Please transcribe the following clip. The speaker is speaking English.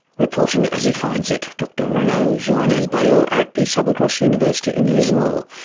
reporting as he finds it, dr renaud joannes-boyau at the southern cross university in lismore.